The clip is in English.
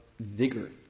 vigor